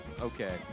Okay